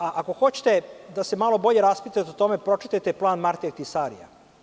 Ako hoćete da se malo bolje raspitate o tome, pročitajte plan Marti Ahtisarija.